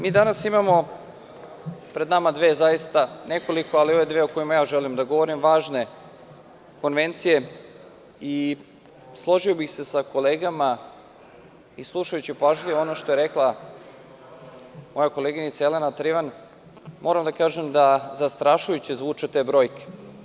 Mi danas imamo, pred nama zaista dve, ali dve o kojima ja želim da govorim, konvencije i složio bih se sa kolegama i slušajući pažljivo ono što je rekla moja koleginica Jelena Trivan, moram da kažem da zastrašujuće zvuče te brojke.